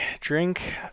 drink